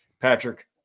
Patrick